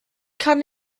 kann